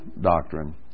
doctrine